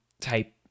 type